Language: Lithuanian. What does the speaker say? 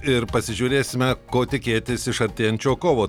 ir pasižiūrėsime ko tikėtis iš artėjančio kovo